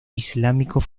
islámico